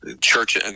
church